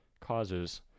causes